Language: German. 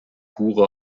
pure